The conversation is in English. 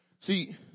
See